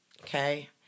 Okay